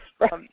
right